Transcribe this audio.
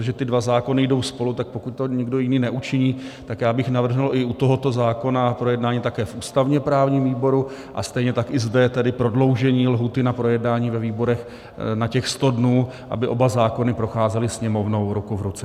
Protože ty dva zákony jdou spolu, tak pokud tak nikdo jiný neučiní, tak já bych navrhl i u tohoto zákona projednání také v ústavněprávním výboru a stejně tak i zde tedy prodloužení lhůty na projednání ve výborech na 100 dnů, aby oba zákony procházely Sněmovnou ruku v ruce.